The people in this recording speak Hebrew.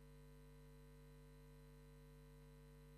תודה.